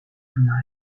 tonight